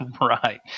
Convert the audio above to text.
right